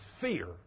fear